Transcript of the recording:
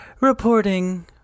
reporting